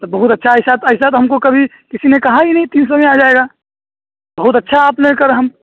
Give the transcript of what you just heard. تو بہت اچھا ہے ایسا ایسا تو ہم کو کبھی کسی نے کہا ہی نہیں تین سو میں آ جائے گا بہت اچھا آپ نے کر ہم